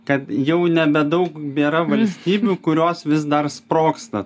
kad jau nebedaug bėra valstybių kurios vis dar sprogsta